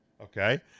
Okay